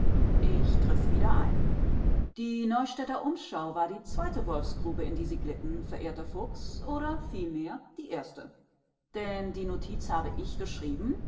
ich griff wieder ein die neustädter umschau war die zweite wolfsgrube in die sie glitten verehrter fuchs oder vielmehr die erste denn die notiz habe ich geschrieben